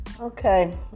Okay